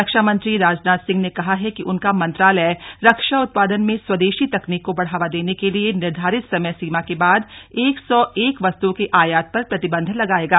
रक्षा मंत्री राजनाथ सिंह ने कहा है कि उनका मंत्रालय रक्षा उत्पादन में स्वदेशी तकनीक को बढ़ावा देने के लिए निर्धारित समय सीमा के बाद एक सौ एक वस्तुओं के आयात पर प्रतिबंध लगाएगा